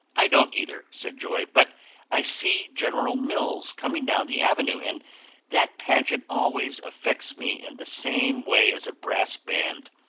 i don't either, said joy but i see general miles coming down the avenue, and that pageant always affects me in the same way as a brass band.